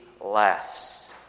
laughs